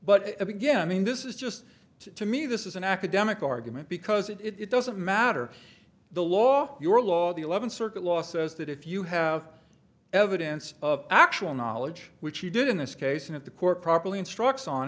but again i mean this is just to me this is an academic argument because it doesn't matter the law your law the eleventh circuit law says that if you have evidence of actual knowledge which he did in this case and if the court properly instructs on